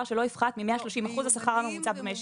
שלא יפחת מ-130 אחוז השכר הממוצע במשק.